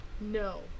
No